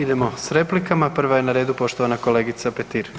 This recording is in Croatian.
Idemo s replikama, prva je na redu poštovana kolegica Petir.